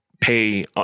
pay